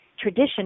tradition